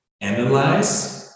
analyze